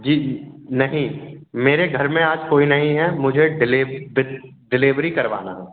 जी जी नहीं मेरे घर में आज कोई नहीं है मुझे डिलीव डिल डिलीवरी करवाना है